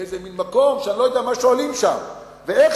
לאיזה מין מקום שאני לא יודע מה שואלים שם ואיך